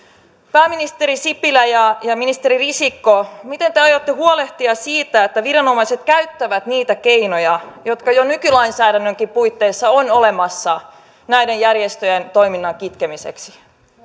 pääministeri sipilä ja ministeri risikko miten te aiotte huolehtia siitä että viranomaiset käyttävät niitä keinoja jotka jo nykylainsäädännönkin puitteissa ovat olemassa näiden järjestöjen toiminnan kitkemiseksi